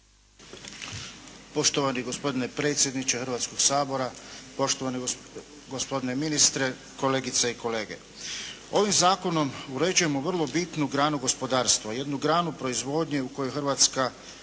Poštovani gospodine predsjedniče Hrvatskoga sabora, poštovani gospodine ministre, kolegice i kolege. Ovim zakonom uređujemo vrlo bitnu granu gospodarstva, jednu granu proizvodnje u kojoj Hrvatska